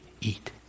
eat